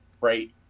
right